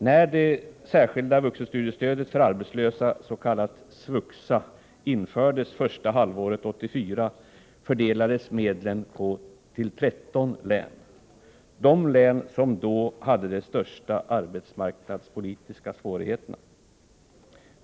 När det särskilda vuxenstudiestödet för arbetslösa, också kallat SVUXA, infördes första halvåret 1984, fördelades medlen till 13 län — de län som då hade de största arbetsmarknadspolitiska svårigheterna.